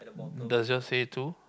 does yours say it too